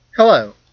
Hello